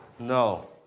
no.